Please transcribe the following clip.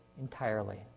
entirely